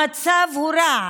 המצב הוא רע.